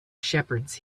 shepherds